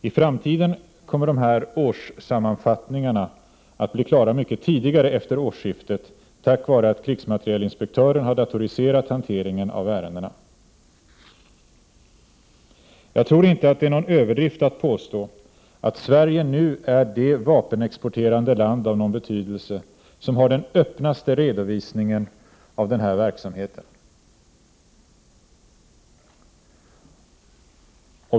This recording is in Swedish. I framtiden kommer de här årssammanfattningarna att bli klara mycket tidigare efter årsskiftet tack vare att krigsmaterielinspektören har datoriserat hanteringen av ärendena. Jag tror inte att det är någon överdrift att påstå att Sverige nu är det vapenexporterande land av någon betydelse som har den öppnaste redovisningen av verksamheten.